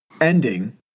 Ending